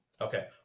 Okay